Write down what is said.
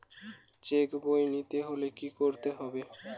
Check বই নিতে হলে কি করতে হবে?